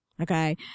Okay